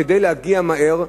כדי להגיע מהר.